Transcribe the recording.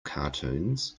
cartoons